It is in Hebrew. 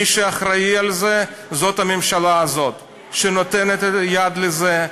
מי שאחראית לזה זאת הממשלה הזאת שנותנת יד לזה,